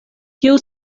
kiu